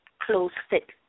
close-fit